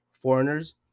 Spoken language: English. foreigners